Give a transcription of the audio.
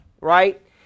right